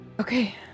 Okay